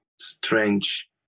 strange